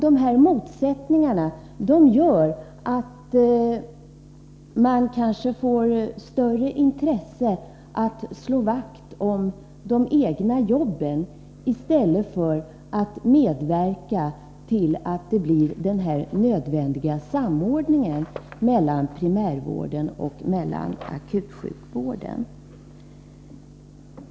Dessa motsättningar gör att personalen kanske får större intresse av att slå vakt om de egna jobben i stället för att medverka till den nödvändiga samordningen mellan primärvården och akutsjukvården.